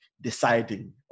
deciding